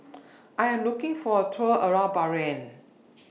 I Am looking For A Tour around Bahrain